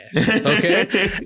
okay